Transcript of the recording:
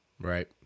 Right